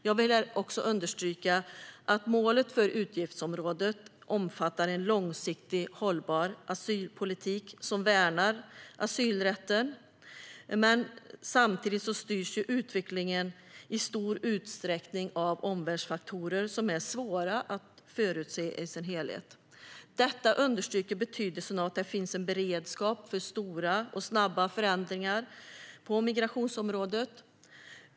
Jag vill här också understryka att målet för utgiftsområdet omfattar en långsiktigt hållbar asylpolitik som värnar asylrätten. Samtidigt styrs utvecklingen i stor utsträckning av omvärldsfaktorer som är svåra att förutse i sin helhet. Detta understryker betydelsen av att det finns en beredskap för stora och snabba förändringar på migrationsområdet.